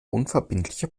unverbindliche